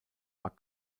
war